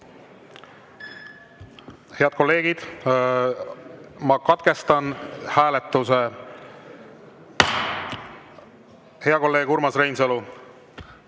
Head kolleegid, ma katkestan hääletuse. Hea kolleeg Urmas Reinsalu,